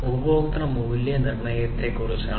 ഉപഭോക്തൃ മൂല്യങ്ങൾ മൂല്യനിർണ്ണയത്തെക്കുറിച്ചാണ്